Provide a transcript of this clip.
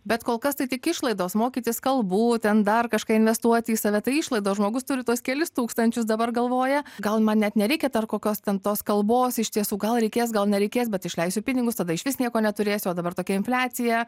bet kol kas tai tik išlaidos mokytis kalbų ten dar kažką investuot į save tai išlaidos žmogus turi tuos kelis tūkstančius dabar galvoja gal man net nereikia kokios ten tos kalbos iš tiesų gal reikės gal nereikės bet išleisiu pinigus tada išvis nieko neturėsiu o dabar tokia infliacija